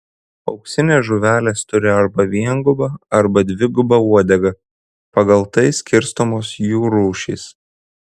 auksinės žuvelės turi arba viengubą arba dvigubą uodegą pagal tai skirstomos jų rūšys